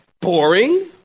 boring